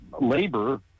labor